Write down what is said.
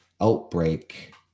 outbreak